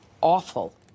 awful